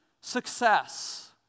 success